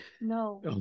no